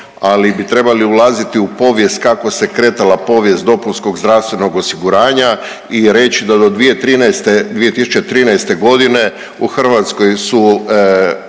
ali bi trebali ulaziti u povijest kako se kretala povijest dopunskog zdravstvenog osiguranja i reći da do 2013., 2013. g. u Hrvatskoj su